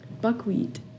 Buckwheat